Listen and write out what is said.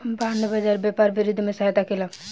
bond बाजार व्यापार वृद्धि में सहायता केलक